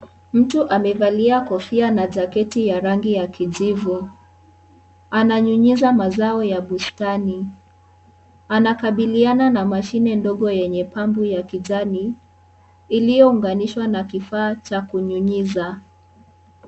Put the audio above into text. Mtu amevalia kofia na jaketi ya rangi ya kijivu , ananyunyiza mazao ya bustani . Anakabiliana na mashine ndogo yenye pampu ya kijani iliyounganishwa na kifaa cha kunyunyiza.